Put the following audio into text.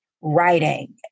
writing